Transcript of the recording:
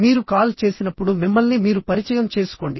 మీరు కాల్ చేసినప్పుడు మిమ్మల్ని మీరు పరిచయం చేసుకోండి